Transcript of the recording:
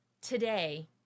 today